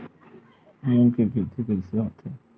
मूंग के खेती कइसे होथे?